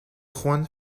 juan